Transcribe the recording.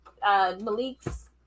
Malik's